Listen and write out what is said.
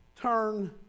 turn